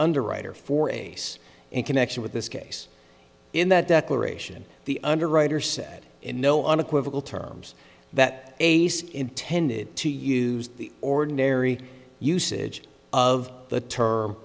underwriter for a cease and connection with this case in that declaration the underwriter said in no unequivocal terms that ace intended to use the ordinary usage of the term